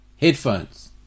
headphones